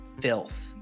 filth